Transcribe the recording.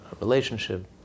relationship